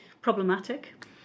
problematic